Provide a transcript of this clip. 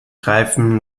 greifen